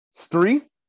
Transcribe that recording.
Three